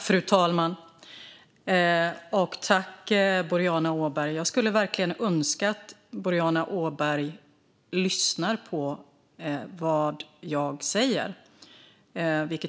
Fru talman! Jag skulle verkligen önska att Boriana Åberg lyssnade på vad jag säger.